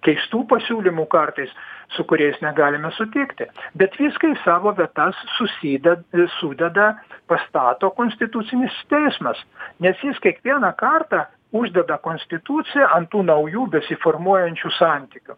keistų pasiūlymų kartais su kuriais negalime sutikti bet viską į savo vietas suside sudeda pastato konstitucinis teismas nes jis kiekvieną kartą uždeda konstituciją ant tų naujų besiformuojančių santykių